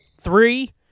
Three